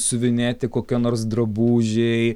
siuvinėti kokio nors drabužiai